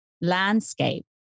landscape